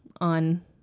on